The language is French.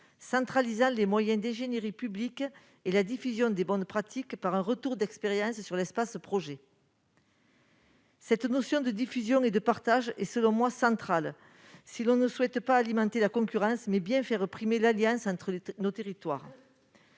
centralisant les moyens d'ingénierie publique et la diffusion des bonnes pratiques, par un retour d'expérience sur l'espace « projet ». Cette notion de diffusion et de partage est, selon moi, centrale si l'on souhaite non pas alimenter la concurrence, mais bien faire primer l'alliance entre nos territoires.